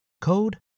code